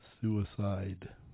suicide